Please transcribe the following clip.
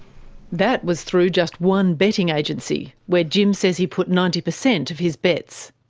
that was through just one betting agency, where jim says he put ninety percent of his bets.